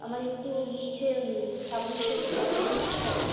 আমার একটু হচ্ছে সাবমিট করতে প্রবলেম হচ্ছে তো